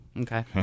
Okay